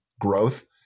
growth